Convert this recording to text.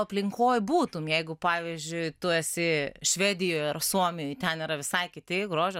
aplinkoj būtum jeigu pavyzdžiui tu esi švedijoj ar suomijoj ten yra visai kiti grožio